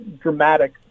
dramatic